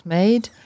made